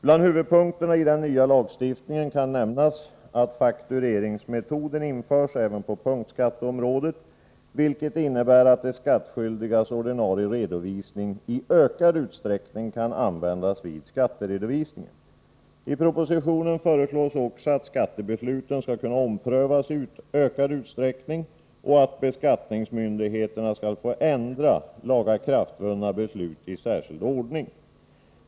Bland huvudpunkterna i den nya lagstiftningen kan nämnas att faktureringsmetoden införs även på punktskatteområdet, vilket innebär att den skattskyldiges ordinarie redovisning i ökad utsträckning kan användas vid skatteredovisningen. I propositionen föreslås också att skattebesluten skall kunna omprövas i ökad utsträckning och att beskattningsmyndigheterna skall få ändra lagakraftvunna beslut i särskild ordning.